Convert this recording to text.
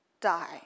die